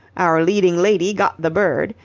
our leading lady got the bird,